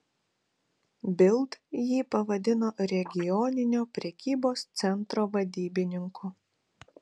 bild jį pavadino regioninio prekybos centro vadybininku